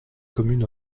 communes